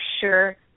sure